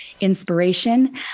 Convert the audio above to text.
inspiration